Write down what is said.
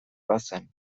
bazen